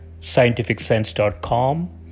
scientificsense.com